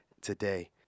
today